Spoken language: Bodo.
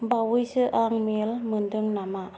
बावैसो आं मेल मोन्दों नामा